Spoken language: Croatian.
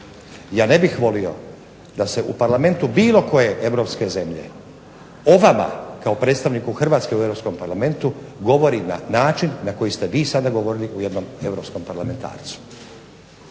Ja ne bih volio da se u parlamentu bilo koje europske zemlje o vama kao predstavniku Hrvatske u Europskom parlamentu govori na način na koji ste vi sada govorili u jednom europskom parlamentarcu.